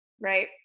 right